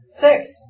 Six